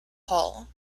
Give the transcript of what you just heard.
hull